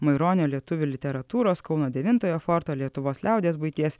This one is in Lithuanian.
maironio lietuvių literatūros kauno devintojo forto lietuvos liaudies buities